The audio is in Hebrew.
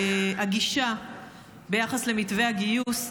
הגישה ביחס למתווה הגיוס,